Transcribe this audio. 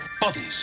Bodies